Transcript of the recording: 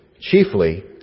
chiefly